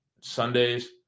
Sundays